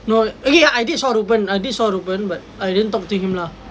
no eh ya I did saw reuben I did saw reuben but I didn't talk to him lah